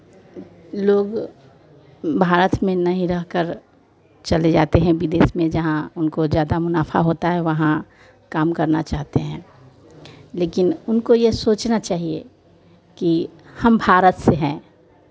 लोग भारत में नहीं रहकर चले जाते हैं विदेश में जहाँ उनको ज़्यादा मुनाफ़ा होता है वहाँ काम करना चाहते हैं लेकिन उनको ये सोचना चाहिए कि हम भारत से हैं